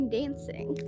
dancing